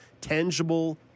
tangible